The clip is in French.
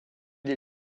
des